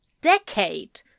decade